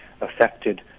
affected